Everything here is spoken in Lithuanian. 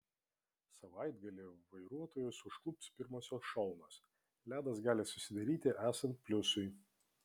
savaitgalį vairuotojus užklups pirmosios šalnos ledas gali susidaryti esant pliusui